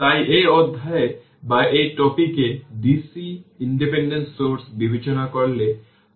t 0 এ সঠিক initial condition v0 r আছে যাকে r v v0 বলে